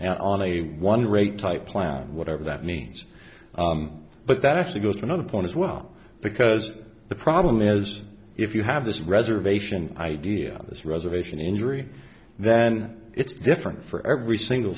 out on a one rate type plan whatever that means but that actually goes to another point as well because the problem is if you have this reservation idea of this reservation injury then it's different for every single